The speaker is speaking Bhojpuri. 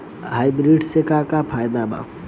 हाइब्रिड से का का फायदा बा?